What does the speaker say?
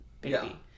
baby